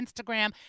Instagram